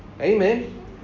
Amen